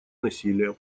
насилие